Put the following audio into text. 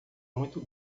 muito